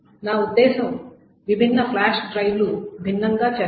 నా ఉద్దేశ్యం విభిన్న ఫ్లాష్ డ్రైవ్లు భిన్నంగా చేస్తాయి